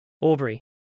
Aubrey